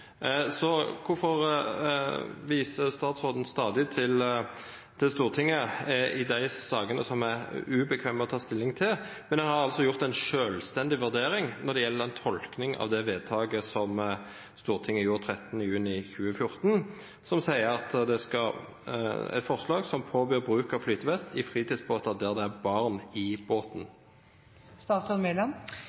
Så hvorfor viser statsråden stadig til Stortinget i de sakene som er ubekvemme å ta stilling til, mens en altså har gjort en selvstendig vurdering når det gjelder tolkningen av det vedtaket som Stortinget gjorde 13. juni 2014, som foreslo å påby bruk av flytevest i fritidsbåter der det er barn i båten?